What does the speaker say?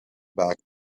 back